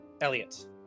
Elliot